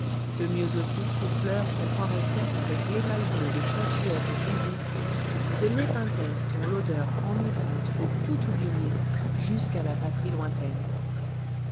de myosotis aux fleurs qu'on croirait faites avec l'émail bleu des statuettes d'isis de népenthès dont l'odeur enivrante fait tout oublier jusqu'à la patrie lointaine